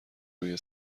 روی